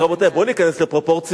אז, רבותי, בואו ניכנס לפרופורציות.